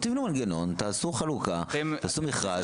תבנו מנגנון, תעשו חלוקה, תעשו מכרז.